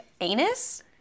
anus